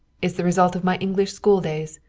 is the result of my english school days.